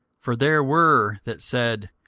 for there were that said,